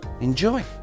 enjoy